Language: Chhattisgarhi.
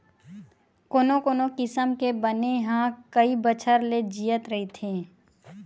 कोनो कोनो किसम के बन ह कइ बछर ले जियत रहिथे